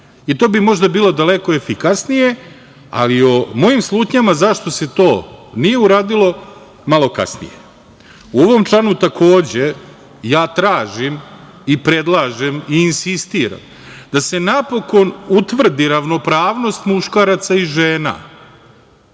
To bi možda bilo daleko efikasnije. O mojim slutnjama zašto se to nije uradilo, malo kasnije.U ovom članu, takođe, ja tražim i predlažem i insistiram da se napokon utvrdi ravnopravnost muškaraca i žena,